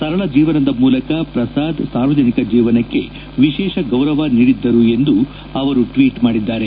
ಸರಳ ಜೀವನದ ಮೂಲಕ ಪ್ರಸಾದ್ ಸಾರ್ವಜನಿಕ ಜೀವನಕ್ಕೆ ವಿಶೇಷ ಗೌರವ ನೀಡಿದ್ದರು ಎಂದು ಅವರು ಟ್ವೀಟ್ ಮಾಡಿದ್ದಾರೆ